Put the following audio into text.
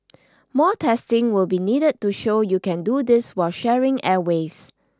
more testing will be needed to show you can do this while sharing airwaves